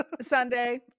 Sunday